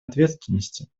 ответственности